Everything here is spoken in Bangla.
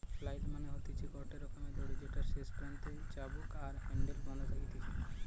ফ্লাইল মানে হতিছে গটে রকমের দড়ি যেটার শেষ প্রান্তে চাবুক আর হ্যান্ডেল বাধা থাকতিছে